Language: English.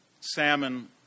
salmon